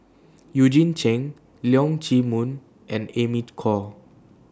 Eugene Chen Leong Chee Mun and Amy Khor